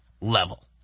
level